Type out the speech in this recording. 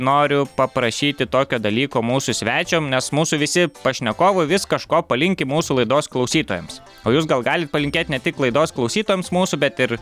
noriu paprašyti tokio dalyko mūsų svečio nes mūsų visi pašnekovai vis kažko palinki mūsų laidos klausytojams o jūs gal galit palinkėt ne tik laidos klausytojams mūsų bet ir